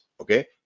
okay